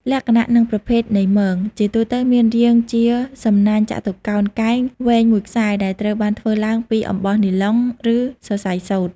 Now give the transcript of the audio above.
លក្ខណៈនិងប្រភេទនៃមង ជាទូទៅមានរាងជាសំនាញ់ចតុកោណកែងវែងមួយខ្សែដែលត្រូវបានធ្វើឡើងពី អំបោះនីឡុង ឬសរសៃសូត្រ។